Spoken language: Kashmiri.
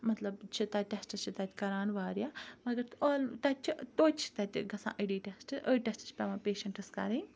مَطلَب چھِ تَتہِ ٹیٚسٹز چھِ تَتہِ کَران واریاہ مَگَر آل تَتہِ چھِ تویتہِ چھِ تَتہِ گَژھان أڈی ٹٮ۪سٹ أڈۍ ٹیٚسٹ چھِ پیٚوان پیشَنٹَس کَرٕنۍ